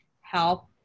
help